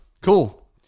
cool